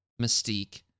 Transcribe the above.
Mystique